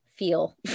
feel